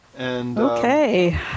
okay